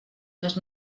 les